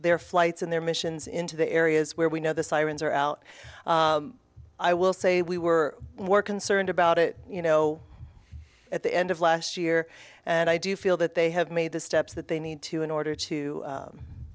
their flights and their missions into the areas where we know the sirens are out i will say we were more concerned about it you know at the end of last year and i do feel that they have made the steps that they need to in order to